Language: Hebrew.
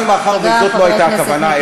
אבל מאחר שזאת לא הייתה הכוונה,